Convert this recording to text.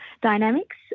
dynamics